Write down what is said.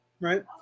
right